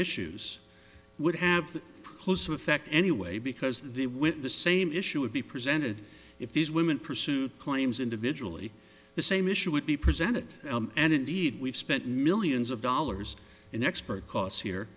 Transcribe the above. issues would have close to effect anyway because the with the same issue would be presented if these women pursued claims individually the same issue would be presented and indeed we've spent millions of dollars in expert costs here